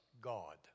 God